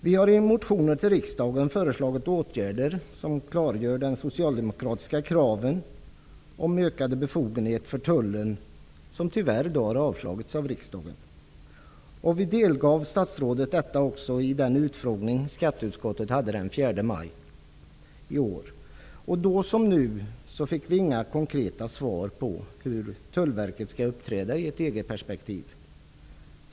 Vi har i motioner till riksdagen föreslagit åtgärder där vi klargör de socialdemokratiska kraven om ökade befogenheter för Tullen, vilka tyvärr har avslagits av riksdagen. Vi delgav statsrådet detta i den utfrågning som skatteutskottet hade den 4 maj i år. Då som nu fick vi inga konkreta svar på hur Tullverket skall uppträda i ett EG-perspektiv.